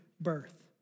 birth